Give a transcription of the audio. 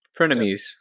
frenemies